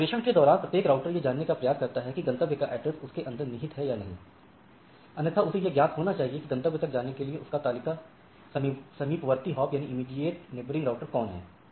और अग्रेषण के दौरान प्रत्येक राउटर यह जानने का प्रयास करता है कि गंतव्य का एड्रेस उसके अंदर निहित है या नहीं अन्यथा उसे यह ज्ञात होना चाहिए कि गंतव्य तक जाने के लिए उसका तत्कालिक समीपवर्ती हॉप कौन है